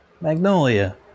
Magnolia